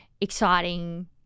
exciting